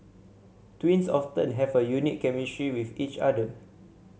twins often have a unique chemistry with each other